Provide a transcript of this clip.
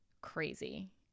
crazy